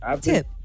tip